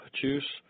juice